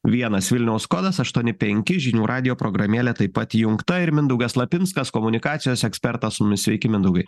vienas vilniaus kodas aštuoni penki žinių radijo programėlė taip pat įjungta ir mindaugas lapinskas komunikacijos ekspertas su mumis sveiki mindaugai